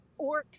orcs